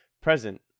Present